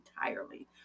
entirely